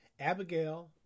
Abigail